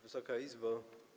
Wysoka Izbo!